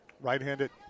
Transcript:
Right-handed